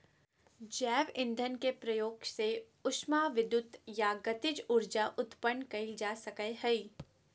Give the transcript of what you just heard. जैव ईंधन के प्रयोग से उष्मा विद्युत या गतिज ऊर्जा उत्पन्न कइल जा सकय हइ